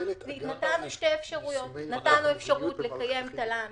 נתנו שתי אפשרויות: אפשרות לקיים תל"ן